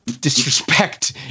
disrespect